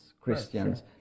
Christians